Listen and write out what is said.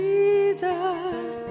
Jesus